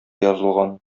язылган